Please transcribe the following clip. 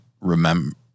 remember